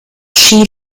chi